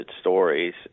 stories